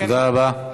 תודה רבה.